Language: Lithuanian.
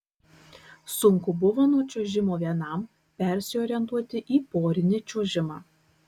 sunku buvo nuo čiuožimo vienam persiorientuoti į porinį čiuožimą